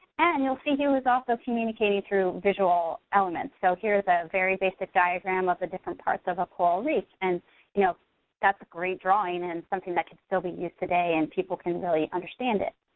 and you'll see he was also communicating through visual elements. so here's a very basic diagram of the different parts of a coral reef, and you know that's a great drawing and something that could still be used today and people can really understand it.